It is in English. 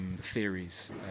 theories